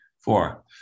Four